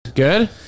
Good